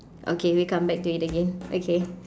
okay we'll come back do it again okay